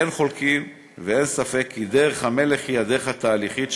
אין חולק ואין ספק כי דרך המלך היא הדרך התהליכית,